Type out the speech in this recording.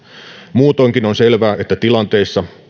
muutoinkin on selvää että tilanteissa